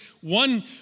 one